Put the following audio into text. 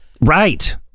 Right